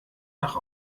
nach